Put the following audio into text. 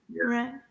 Right